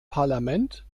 parlament